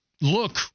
look